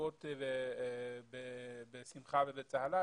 בשמחה ובצהלה.